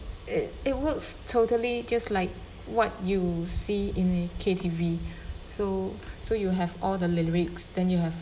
it it works totally just like what you see in a K_T_V so so you have all the lyrics then you have